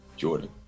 Jordan